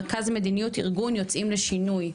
רכז מדיניות בארגון 'יוצאים לשינוי',